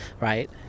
right